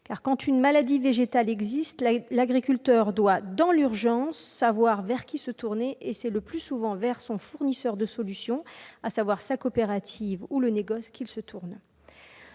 Quand une maladie végétale se déclare, l'agriculteur doit, dans l'urgence, savoir vers qui se tourner, et c'est le plus souvent à son fournisseur de solutions, à savoir sa coopérative ou le négoce, qu'il s'adresse.